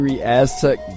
Aztec